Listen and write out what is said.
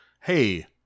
hey